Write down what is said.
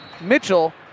Mitchell